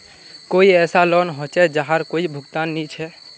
कोई ऐसा लोन होचे जहार कोई भुगतान नी छे?